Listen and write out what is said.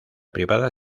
privada